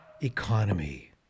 economy